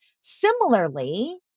Similarly